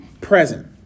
Present